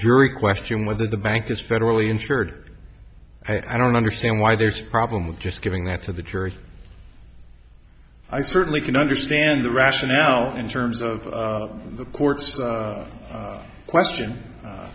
jury question whether the bank is federally insured i don't understand why there's a problem with just giving that to the jury i certainly can understand the rationale in terms of the court's question